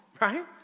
right